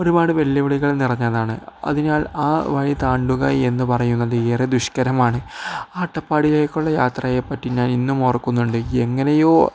ഒരുപാട് വെല്ലുവിളികൾ നിറഞ്ഞതാണ് അതിനാൽ ആ വഴി താണ്ടുകയെന്ന് പറയുന്നത് ഏറെ ദുഷ്കരമാണ് അട്ടപ്പാടിയിലേക്കുള്ള യാത്രയെ പറ്റി ഞാൻ ഇന്നും ഓർക്കുന്നുണ്ട് എങ്ങനെയോ